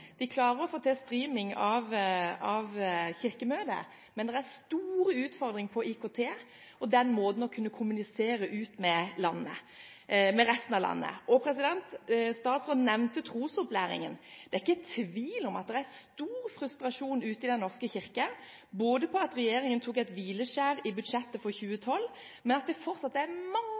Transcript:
De klarer å få til «streaming» av Kirkemøtet, men det er store utfordringer innen IKT og den måten å kunne kommunisere med resten av landet på. Statsråden nevnte trosopplæringen. Det er ikke tvil om at det er stor frustrasjon i Den norske kirke, både over at regjeringen tok et hvileskjær i budsjettet for 2012, og over at det fortsatt er mange